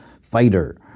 fighter